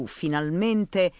finalmente